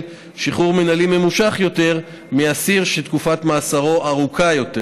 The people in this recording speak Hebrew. שחרור מינהלי ממושך יותר מאסיר שתקופת מאסרו ארוכה יותר.